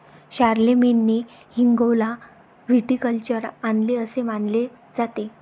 शारलेमेनने रिंगौला व्हिटिकल्चर आणले असे मानले जाते